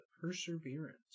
perseverance